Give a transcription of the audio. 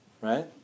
Right